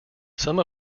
some